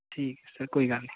ठीक सर कोई गल्ल निं